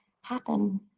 happen